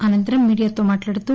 అనంతరం మీడియాతో మాట్లాడుతూ